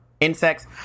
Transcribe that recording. insects